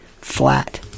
flat